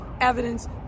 evidence